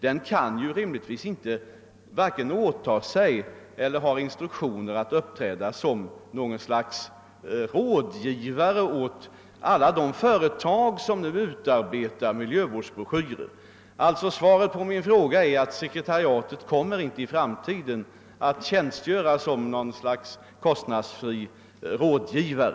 En beredning kan rimligtvis inte åta sig att ge råd eller ha instruktioner att uppträda som något slags rådgivare åt alla de företag som nu utarbetar miljövårdsbroschyrer. Svaret på min fråga är alltså att miljövårdsberedningens sekretariat inte i framtiden kommer att tjänstgöra som något slags kostnadsfri rådgivare.